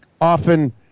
often